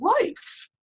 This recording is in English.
life